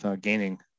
gaining